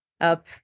up